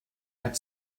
had